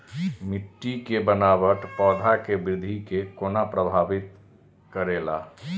मिट्टी के बनावट पौधा के वृद्धि के कोना प्रभावित करेला?